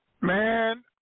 Man